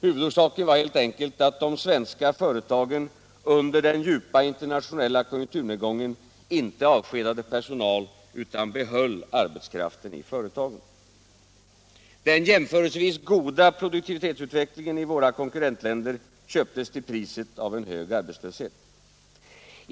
Huvudorsaken var helt enkelt att de svenska företagen under den djupa internationella konjunkturnedgången inte avskedade personal utan behöll arbetskraften i företagen. Den jämförelsevis goda produktivitetsutvecklingen i våra konkurrentländer köptes till priset av en hög arbetslöshet.